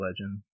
Legend